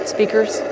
Speakers